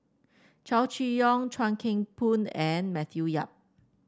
Chow Chee Yong Chuan Keng Boon and Matthew Yap